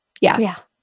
Yes